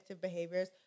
behaviors